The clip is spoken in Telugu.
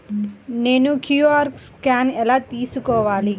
నేను క్యూ.అర్ స్కాన్ ఎలా తీసుకోవాలి?